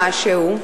משהו,